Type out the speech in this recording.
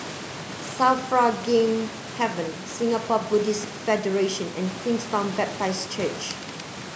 SAFRA Game Haven Singapore Buddhist Federation and Queenstown Baptist Church